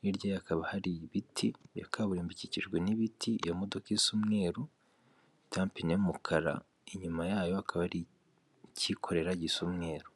hirya ye hakaba hari ibiti, iyo kaburimbo ikikijwe n'ibiti, iyo modoka isa umweru, ifite n'amapine y'umukara, inyuma yayo akaba hari ikikorera gisa umweru.